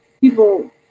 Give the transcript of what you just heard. people